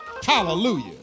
Hallelujah